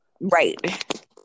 Right